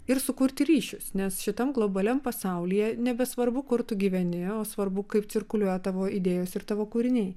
ir sukurti ryšius nes šitam globaliam pasaulyje nebesvarbu kur tu gyveni o svarbu kaip cirkuliuoja tavo idėjos ir tavo kūriniai